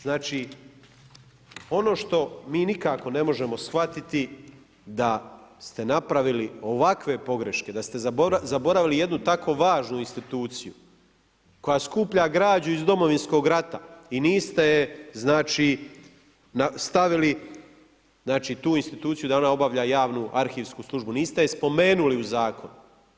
Znači ono što mi nikako ne možemo shvatiti da ste napravili ovakve pogreške, da ste zaboravili jednu tako važnu instituciju koja skuplja građu iz Domovinskog rata i niste je znači stavili tu instituciju da ona obavlja javnu arhivsku službu, niste je spomenuli u zakonu.